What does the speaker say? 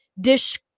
dish